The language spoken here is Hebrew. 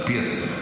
על פי התקנון.